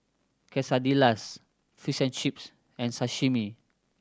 Quesadillas Fish and Chips and Sashimi